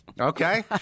Okay